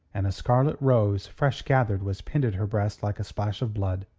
and a scarlet rose, fresh-gathered, was pinned at her breast like a splash of blood.